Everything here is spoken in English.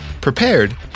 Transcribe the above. prepared